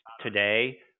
today